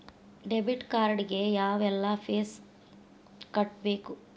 debit card ಗೆ ಯಾವ್ಎಲ್ಲಾ fees ಕಟ್ಬೇಕು